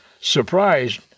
Surprised